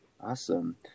Awesome